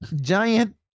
giant